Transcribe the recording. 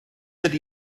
ydy